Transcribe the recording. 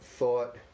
thought